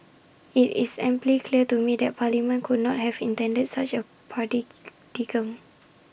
IT is amply clear to me that parliament could not have intended such A